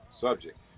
subject